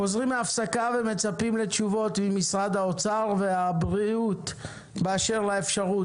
חוזרים מהפסקה ומצפים לתשובות ממשרדי האוצר והבריאות באשר לאפשרות